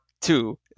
two